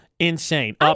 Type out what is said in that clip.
Insane